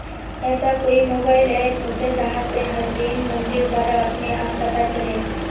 ऐसा कोई mobile app होचे जहा से हर दिन मंडीर बारे अपने आप पता चले?